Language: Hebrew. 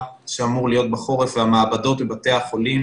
שאמור להיות בחורף המעבדות ובתי החולים